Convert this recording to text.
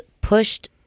pushed